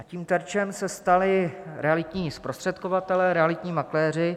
Tím terčem se stali realitní zprostředkovatelé, realitní makléři.